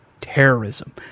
Terrorism